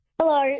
Hello